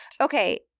Okay